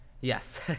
Yes